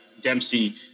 Dempsey